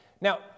Now